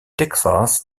texas